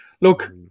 look